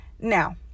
Now